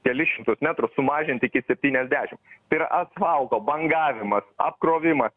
kelis šimtus metrų sumažint iki septyniasdešim tai yra asfalto bangavimas apkrovimas